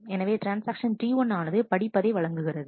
எனவே transaction T1 ஆனது படிப்பதை வழங்குகிறது